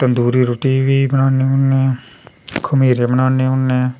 तंदूरा रुट्टी बी बनाने होन्ने खमीरे बनाने होन्ने